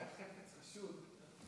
היה חפץ חשוד.